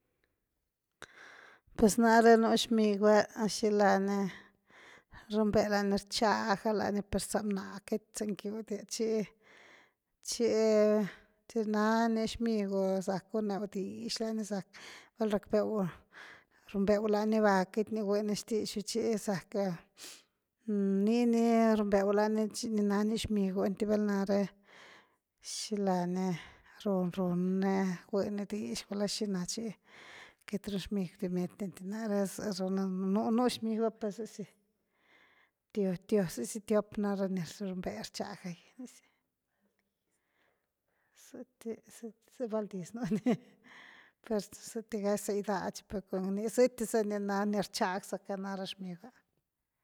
Pues nare’ nu shmigua’a shilani runveá laany rchaaga’ laany per sa mna’a cat sa ngiudy chi’-chi’ chinaany shmiguo zak guneu dish laany zak val rakveu rumbeu laany va kty ni gwny shtishu chi zak nini rumbeulani chini nani shmigu enty valnaré shilany run runy gwyny dish guula shina’ chi cat ru shimigudi miety enty nare’ z>runa nu’u, nu’u shimugua per z>zy tio- tio- z>zy tiop naara ni rumbea ra ni rchagaa’gy nizy, z-ty so’o val diz nuny per z>tyga za’ida’a chi z-tyzana ni rchagzaka nara shmigua’a.